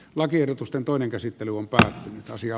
lakiehdotusten toinen käsittely on paha asia